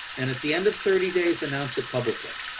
and at the end of thirty days announce it publicly.